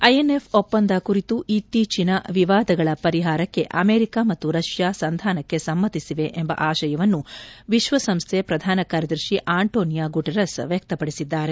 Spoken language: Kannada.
ಐಎನ್ಎಫ್ ಒಪ್ಪಂದ ಕುರಿತು ಇತ್ತೀಚಿನ ವಿವಾದಗಳ ಪರಿಹಾರಕ್ಷೆ ಅಮೆರಿಕ ಮತ್ತು ರಷ್ಯಾ ಸಂಧಾನಕ್ಷೆ ಸಮ್ನತಿಸಲಿದೆ ಎಂಬ ಆಶಯವನ್ನು ವಿಶ್ವಸಂಸ್ನೆ ಪ್ರಧಾನ ಕಾರ್ಯದರ್ತಿ ಆಂಟೋನಿಯೋ ಗುಟೆರಸ್ ವ್ಯಕ್ತಪಡಿಸಿದ್ಗಾರೆ